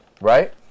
right